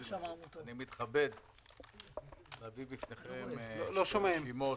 אני מתכבד להביא בפניכם שתי רשימות